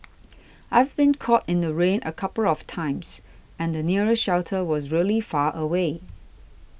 I've been caught in the rain a couple of times and the nearest shelter was really far away